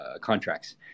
contracts